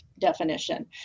definition